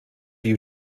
you